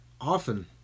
often